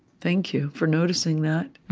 thank you for noticing that.